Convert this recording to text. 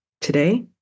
today